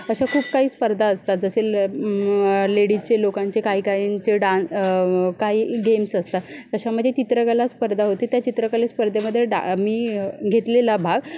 अशा खूप काही स्पर्धा असतात जसे ल लेडीजचे लोकांचे काही काहीचे डां काही गेम्स असतात तशामध्ये चित्रकला स्पर्धा होते त्या चित्रकले स्पर्धेमध्ये डा मी घेतलेला भाग